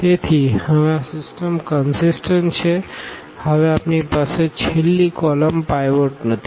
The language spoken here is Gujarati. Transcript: તેથી હવે આ સિસ્ટમ કનસીસટન્ટ છે હવે આપણી પાસે છેલ્લી કોલમ પાઈવોટ નથી